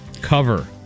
cover